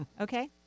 okay